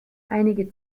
einige